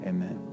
Amen